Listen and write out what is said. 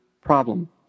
problem